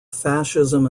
fascism